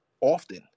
often